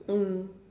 mm